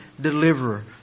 deliverer